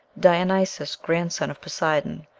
dionysos, grandson of poseidon,